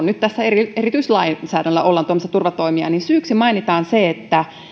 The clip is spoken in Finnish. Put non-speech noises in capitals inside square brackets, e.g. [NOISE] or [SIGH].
[UNINTELLIGIBLE] nyt tässä että erityislainsäädännöllä ollaan tuomassa turvatoimia niin syyksi mainitaan se että